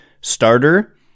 starter